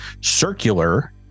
circular